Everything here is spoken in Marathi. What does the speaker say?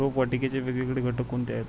रोपवाटिकेचे वेगवेगळे घटक कोणते आहेत?